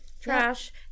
Trash